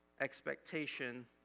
Expectation